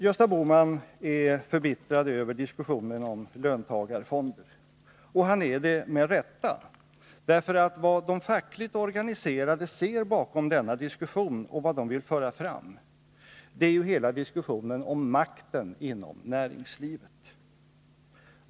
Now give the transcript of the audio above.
Gösta Bohman är förbittrad över diskussionen om löntagarfonder, och han är det med rätta. Vad de fackligt organiserade ser bakom denna debatt och vad de vill föra fram är nämligen hela diskussionen om makten inom näringslivet.